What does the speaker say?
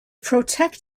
protect